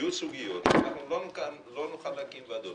יהיו סוגיות שלא נוכל להקים עליהן ועדות.